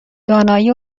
دانایی